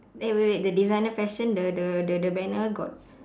eh wait wait wait the designer fashion the the the banner got